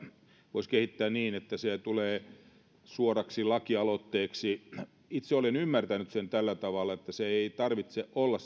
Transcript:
voisi kehittää niin että se tulee suoraksi lakialoitteeksi itse olen ymmärtänyt sen tällä tavalla että kansalaisaloitteen ei tarvitse olla